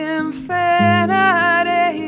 infinity